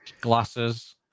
Glasses